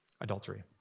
adultery